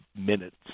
minutes